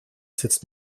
sitzt